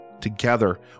Together